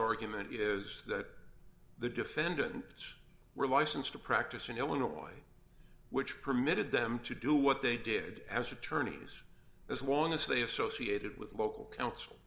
argument is that the defendants were licensed to practice in illinois which permitted them to do what they did as attorneys as long as they associated with local counsel